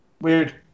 Weird